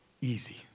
easy